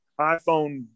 iPhone